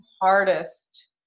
hardest